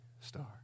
star